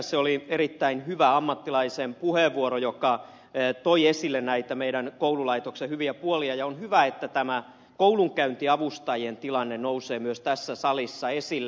se oli erittäin hyvä ammattilaisen puheenvuoro joka toi esille näitä meidän koululaitoksemme hyviä puolia ja on hyvä että tämä koulunkäyntiavustajien tilanne nousee myös tässä salissa esille